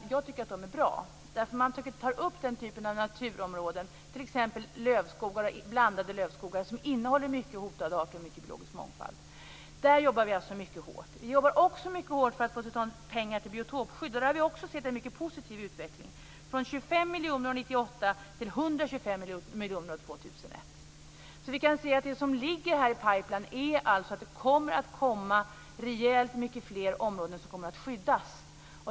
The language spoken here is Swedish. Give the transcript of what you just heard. Jag tycker att de är bra. Man tar upp de typer av naturområden, t.ex. lövskogar och blandade lövskogar, som innehåller mycket hotade arter och biologisk mångfald. Där jobbar vi alltså mycket hårt. Vi jobbar också mycket hårt för att få till stånd pengar till biotopskydd. Där har vi också sett en mycket positiv utveckling, från 25 miljoner år 1998 till 125 miljoner år 2001. Det som ligger i pipeline är alltså att rejält många fler områden kommer att skyddas.